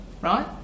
right